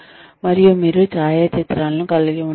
మరియు మీరు ఛాయాచిత్రాలను కలిగి ఉండవచ్చు